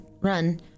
run